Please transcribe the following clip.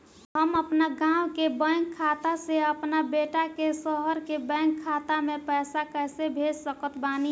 हम अपना गाँव के बैंक खाता से अपना बेटा के शहर के बैंक खाता मे पैसा कैसे भेज सकत बानी?